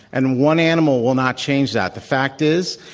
and one animal will not change that. the fact is,